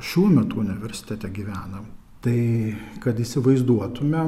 šiuo metu universitete gyvename tai kad įsivaizduotumėme